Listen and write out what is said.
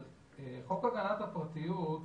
חוק הגנת הפרטיות,